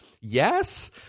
yes